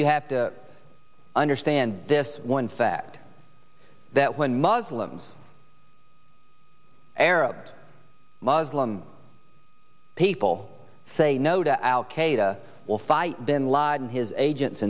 you have to understand this one fact that when muslims arabs muslim people say no to al qaeda we'll fight bin laden his agents